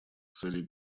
целей